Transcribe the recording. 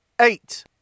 Eight